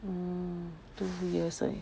mm two years eh